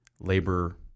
labor